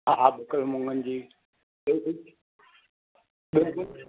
हा हा ॿ किलो मुङनि जी ॿियो कुझु